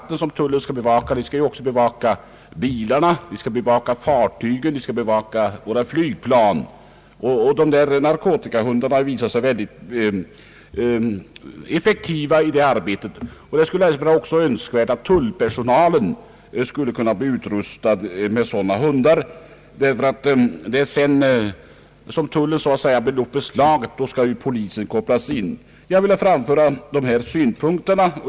Tullen skall bevaka inte bara farvattnen, utan bilarna, fartygen, flygplanen. Narkotikahundarna har visat sig mycket effektiva i detta arbete. Därför är det önskvärt att tullpersonalen blir utrustad med sådana hundar. När tullen gjort ett beslag skall sedan polisen kopplas in. Jag har velat framföra de här synpunkterna.